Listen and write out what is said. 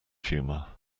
humour